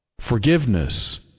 forgiveness